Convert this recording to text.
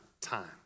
time